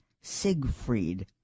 Siegfried